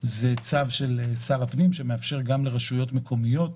- צו של שר הפנים שמאפשר גם לרשויות מקומיות